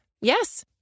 Yes